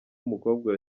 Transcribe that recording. umukobwa